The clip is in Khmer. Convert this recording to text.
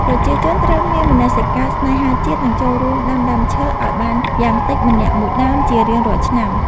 ប្រជាជនត្រូវមានមនសិការស្នេហាជាតិ និងចូលរួមដាំដើមឈើឱ្យបានយ៉ាងតិចម្នាក់មួយដើមជារៀងរាល់ឆ្នាំ។